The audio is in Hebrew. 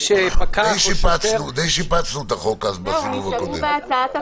שיפצנו את החוק בסיבוב הקודם.